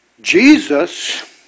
Jesus